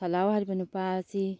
ꯁꯜꯂꯥꯎ ꯍꯥꯏꯔꯤꯕ ꯅꯨꯄꯥ ꯑꯁꯤ